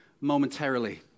momentarily